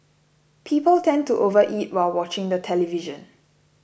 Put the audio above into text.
people tend to overeat while watching the television